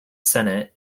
senate